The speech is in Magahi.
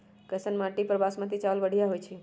कैसन माटी पर बासमती चावल बढ़िया होई छई?